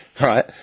right